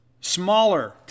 smaller